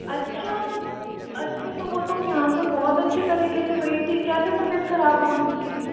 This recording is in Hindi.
अच्छा अच्छा तो वो तो वहाँ से बहुत अच्छे तरीके से गई थी कैसे तबियत खराब हो गयी उसकी